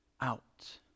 out